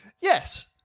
Yes